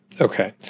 Okay